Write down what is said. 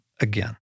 again